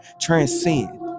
transcend